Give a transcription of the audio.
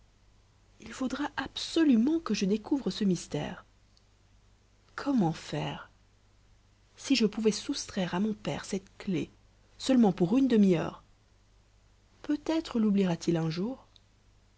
il faudra absolument que je découvre ce mystère comment faire si je pouvais soustraire à mon père cette clef seulement pour une demi-heure peut-être loubliera t il un jour